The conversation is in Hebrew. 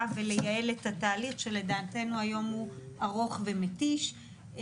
ולייעל את התהליך שלדעתנו היום הוא ארוך ומתיש,